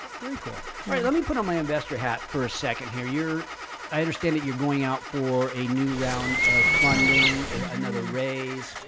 very cool. all right, let me put on my investor hat for a second here, your i understand that you're going out for a new round of funding another raise.